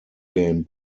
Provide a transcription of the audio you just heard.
game